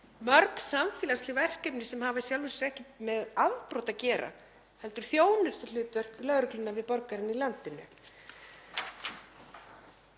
mörg samfélagsleg verkefni sem hafa í sjálfu sér ekkert með afbrot að gera heldur þjónustuhlutverk lögreglunnar við borgarana í landinu.